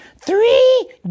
three